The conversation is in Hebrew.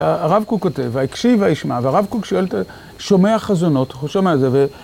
הרב קוק כותב, והקשיב הישמע, והרב קוק שומע את חזונות, הוא שומע את זה.